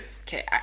okay